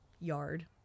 yard